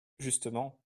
justement